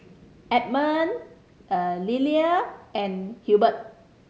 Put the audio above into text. Edmund Lillie and Hilbert